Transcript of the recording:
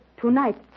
tonight